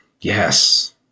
Yes